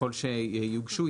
ככל שיוגשו,